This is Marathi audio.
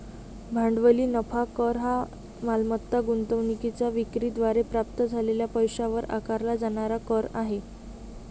भांडवली नफा कर हा मालमत्ता गुंतवणूकीच्या विक्री द्वारे प्राप्त झालेल्या पैशावर आकारला जाणारा कर आहे